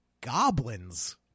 goblins